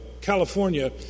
California